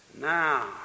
Now